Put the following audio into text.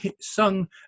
sung